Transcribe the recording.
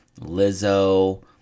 Lizzo